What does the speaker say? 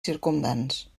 circumdants